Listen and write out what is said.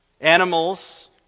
Animals